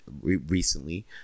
recently